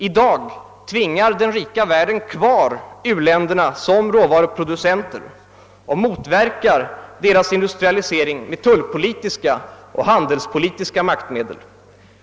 I dag tvingar den rika världen u-länderna att stanna kvar som råvaruproducenter och motverkar deras industrialisering med tullpolitiska och handelspolitiska maktmedel.